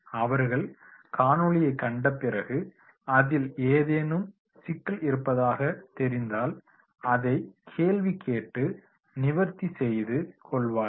அவர்கள் காணொளியைக் கண்ட பிறகு அதில் ஏதேனும் சிக்கல் இருப்பதாகத் தெரிந்தால் அதை கேள்வி கேட்டு நிவர்த்தி செய்து கொள்வார்கள்